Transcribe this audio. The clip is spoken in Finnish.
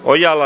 ojala